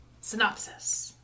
Synopsis